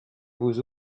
vous